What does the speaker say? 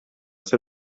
ser